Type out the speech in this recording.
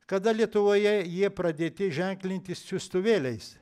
kada lietuvoje jie pradėti ženklinti siųstuvėliais